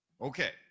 Okay